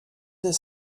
this